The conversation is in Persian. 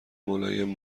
ملایم